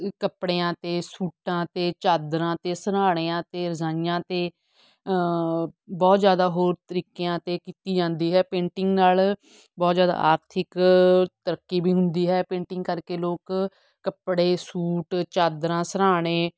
ਕੱਪੜਿਆਂ 'ਤੇ ਸੂਟਾਂ 'ਤੇ ਚਾਦਰਾਂ 'ਤੇ ਸਿਰਹਾਣਿਆਂ 'ਤੇ ਰਜਾਈਆਂ 'ਤੇ ਬਹੁਤ ਜ਼ਿਆਦਾ ਹੋਰ ਤਰੀਕਿਆਂ 'ਤੇ ਕੀਤੀ ਜਾਂਦੀ ਹੈ ਪੇਂਟਿੰਗ ਨਾਲ ਬਹੁਤ ਜ਼ਿਆਦਾ ਆਰਥਿਕ ਤਰੱਕੀ ਵੀ ਹੁੰਦੀ ਹੈ ਪੇਂਟਿੰਗ ਕਰਕੇ ਲੋਕ ਕੱਪੜੇ ਸੂਟ ਚਾਦਰਾਂ ਸਿਰਹਾਣੇ